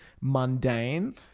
Mundane